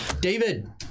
David